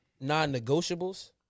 non-negotiables